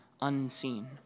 unseen